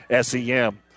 SEM